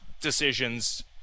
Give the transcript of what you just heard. decisions